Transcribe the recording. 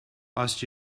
asked